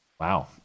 wow